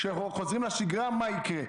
ביום שחוזרים לשגרה מה יקרה.